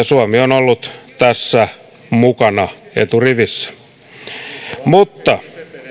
suomi on ollut tässä mukana eturivissä mutta